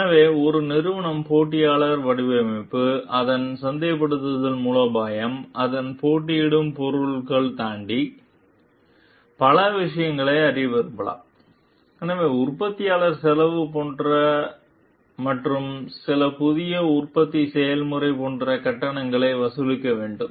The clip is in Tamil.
எனவே ஒரு நிறுவனம் போட்டியாளர்கள் வடிவமைப்பு அதன் சந்தைப்படுத்தல் மூலோபாயம் அதன் போட்டியிடும் பொருட்கள் தாண்டி போன்ற பல விஷயங்களை அறிய விரும்பலாம் எனவே உற்பத்தியாளர் செலவு போன்ற மற்றும் சில புதிய உற்பத்தி செயல்முறை போன்ற கட்டணங்களை வசூலிக்க வேண்டும்